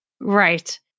Right